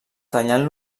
tallant